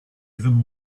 even